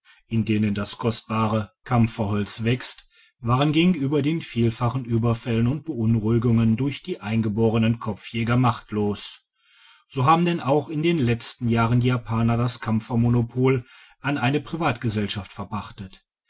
in denen das kostbare digitized by google kampferholz wächst waren gegenüber den viellachen ueberfällen und beunruhigungen durch die eingeborenen kopfjäger machtlos so haben denn auch in den letzten jahren die japaner das kampfer monopol an eine privatgesellschaft